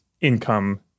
income